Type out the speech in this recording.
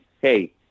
Hey